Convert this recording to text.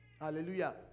Hallelujah